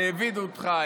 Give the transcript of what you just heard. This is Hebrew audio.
העבידו אותך,